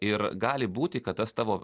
ir gali būti kad tas tavo